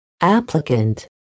Applicant